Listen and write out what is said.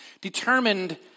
determined